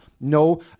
no